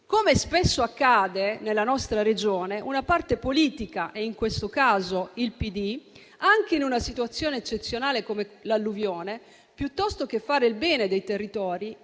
Come spesso accade nella nostra Regione una parte politica, in questo caso il PD, anche in una situazione eccezionale come l'alluvione, piuttosto che fare il bene dei territori,